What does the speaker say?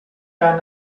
jaar